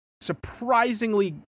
surprisingly